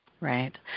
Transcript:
Right